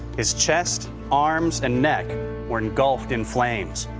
his chest, arms, and neck were engulfed in flames.